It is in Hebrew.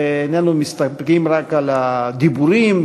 ואיננו מסתפקים רק בדיבורים,